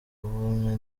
bumwe